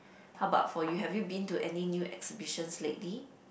how about for you have you been to any new exhibitions lately